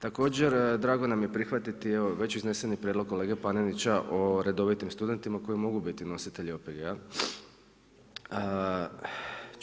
Također drago nam je prihvatiti evo već izneseni prijedlog kolege Panenića o redovitim studentima koji mogu biti nositelji OPG-a.